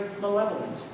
malevolent